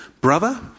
Brother